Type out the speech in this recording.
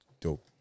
dope